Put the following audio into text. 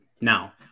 Now